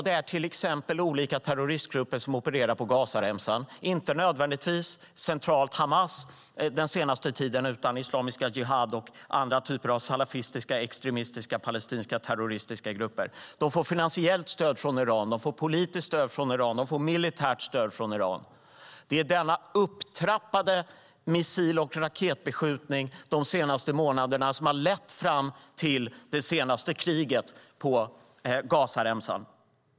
Det är till exempel olika terroristgrupper som opererar på Gazaremsan, inte nödvändigtvis främst Hamas på senare tid utan Islamiska Jihad och olika typer av salafistiska, extremistiska, terroristiska palestinska grupper. De får finansiellt stöd från Iran. De får politiskt stöd från Iran. De får militärt stöd från Iran. Det är den upptrappade missil och raketbeskjutningen de senaste månaderna som har lett fram till det senaste kriget på Gazaremsan.